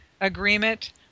agreement